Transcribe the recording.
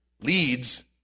leads